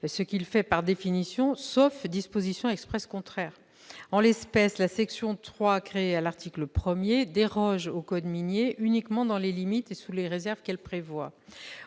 ce qu'il fait par définition sauf dispositions expresses contraires. En l'espèce, la section 3 créée à l'article 1 déroge au code minier uniquement dans les limites et sous les réserves qu'elle prévoit.